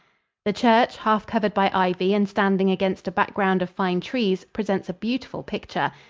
the church, half covered by ivy and standing against a background of fine trees, presents a beautiful picture.